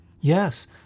Yes